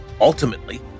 ultimately